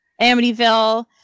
Amityville